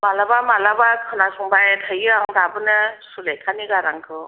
मालाबा मालाबा खोनांसंबाय थायो आं दाबोनो सुलेखानि गारांखौ